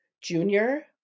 junior